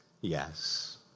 yes